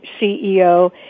CEO